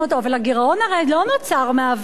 אבל הגירעון הרי לא נוצר מהאוויר,